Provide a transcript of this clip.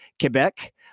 Quebec